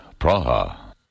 Praha